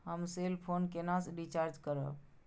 हम cell phone केना recharge करब?